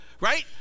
Right